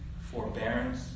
forbearance